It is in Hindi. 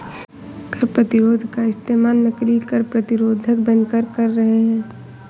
कर प्रतिरोध का इस्तेमाल नकली कर प्रतिरोधक बनकर कर रहे हैं